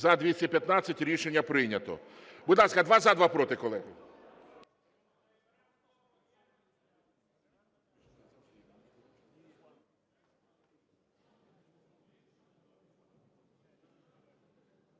За-215 Рішення прийнято. Будь ласка, два – за, два – проти, колеги.